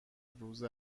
روز